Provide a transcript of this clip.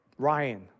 Ryan